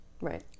right